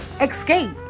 escape